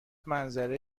منظره